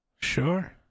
Sure